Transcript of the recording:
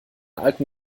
alten